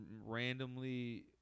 randomly